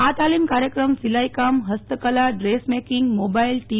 આ તાલીમ કાર્યક્રમ સિલાઈ કામ હસ્તકલા ડ્રેસ મેકિંગ મોબાઈલ ટી